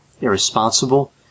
irresponsible